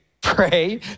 Pray